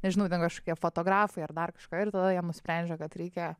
nežinau ten kažkokie fotografai ar dar kažką ir tada jie nusprendžia kad reikia